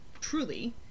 truly